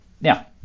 Now